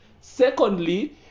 Secondly